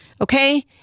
okay